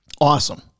Awesome